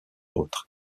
autres